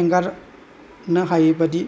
एंगारनो हायैबादि